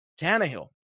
Tannehill